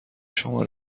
شما